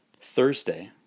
Thursday